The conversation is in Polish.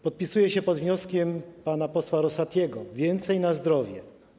Podpisuję się pod wnioskiem pana posła Rosatiego: więcej na zdrowie.